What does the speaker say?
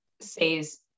says